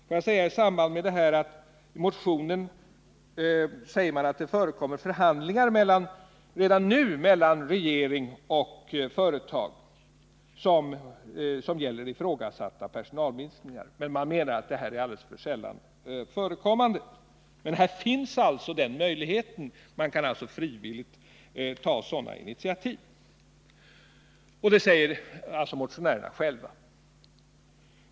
Låt mig påpeka i samband med detta att i motionen säger man att det förekommer förhandlingar redan nu mellan regering och företag som gäller ifrågasatta personalminskningar, men man menar att det här är alldeles för sällan förekommande. Här finns dock den möjligheten — man kan frivilligt ta sådana initiativ. Det säger alltså motionärerna själva.